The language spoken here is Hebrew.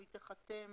היא תיחתם